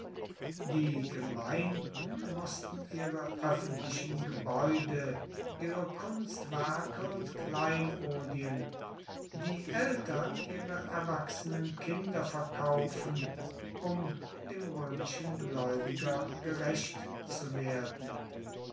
die gemeinden mußten ihre öffentlichen gebäude ihre kunstwerke und kleinodien die eltern ihre erwachsenen kinder verkaufen um dem römischen gläubiger gerecht zu werden